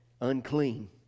unclean